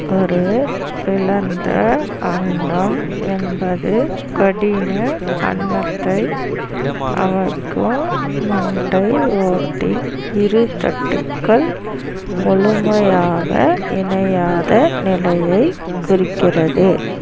ஒரு பிளந்த அண்ணம் என்பது கடின அண்ணத்தை அமைக்கும் மண்டை ஓட்டின் இரு தட்டுகள் முழுமையாக இணையாத நிலையை குறிக்கிறது